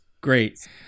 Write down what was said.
Great